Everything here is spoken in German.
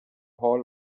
hall